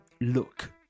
look